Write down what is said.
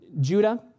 Judah